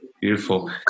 Beautiful